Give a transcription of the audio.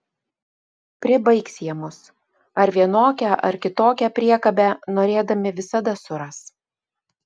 pribaigs jie mus ar vienokią ar kitokią priekabę norėdami visada suras